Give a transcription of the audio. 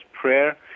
prayer